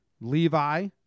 Levi